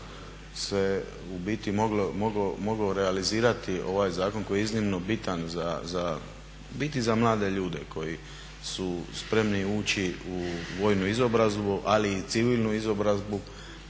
se u biti mogao realizirati ovaj zakon koji je iznimno bitan za u biti mlade ljude koji su spremni ući u vojnu izobrazbu, ali i civilnu izobrazbu.